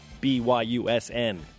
BYUSN